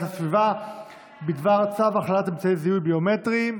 הסביבה בדבר צו הכללת אמצעי זיהוי ביומטריים.